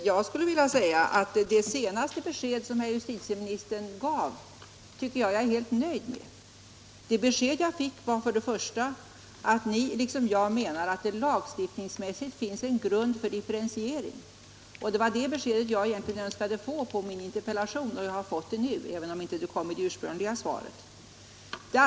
Herr talman! Det senaste beskedet som justitieministern gav är jag helt nöjd med. För det första fick jag det beskedet att Ni liksom jag menar att det lagstiftningsmässigt finns en grund för differentiering, och det var det beskedet jag egentligen önskade få på min interpellation. Jag har fått det nu, även om det inte kom i det ursprungliga svaret.